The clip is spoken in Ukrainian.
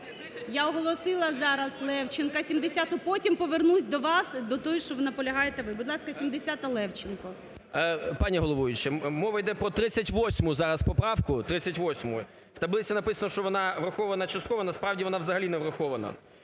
Я оголосила зараз Левченка – 70-у, потім повернусь до вас, до тої, що наполягаєте ви. Будь ласка, 70-а, Левченко. 11:28:54 ЛЕВЧЕНКО Ю.В. Пані головуюча, мова йде про 38 зараз поправку, 38-у. В таблиці написано, що вона врахована частково, насправді, вона взагалі не врахована.